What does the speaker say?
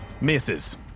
Misses